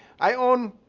i own,